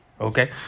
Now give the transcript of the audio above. okay